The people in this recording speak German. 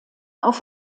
auf